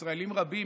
ישראלים רבים,